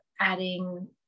adding